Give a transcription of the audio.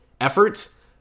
efforts